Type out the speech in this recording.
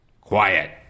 Quiet